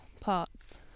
parts